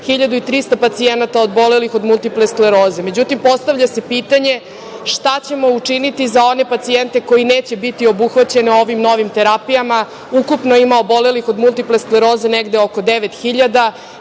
1300 pacijenata obolelih od multipla skleroze.Međutim, postavlja se pitanje – šta ćemo učiniti za one pacijente koji neće biti obuhvaćeni ovim novim terapijama? Ukupno ima obolelih od multipleskleroze, negde oko devet